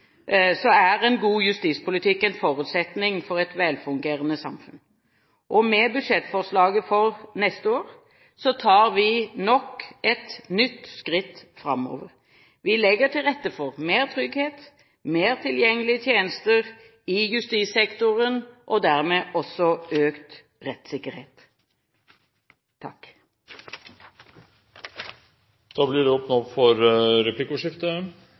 en forutsetning for et velfungerende samfunn. Med budsjettforslaget for neste år tar vi nok et nytt skritt framover. Vi legger til rette for mer trygghet, mer tilgjengelige tjenester i justissektoren og dermed også økt rettssikkerhet. Det blir åpnet for replikkordskifte.